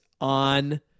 on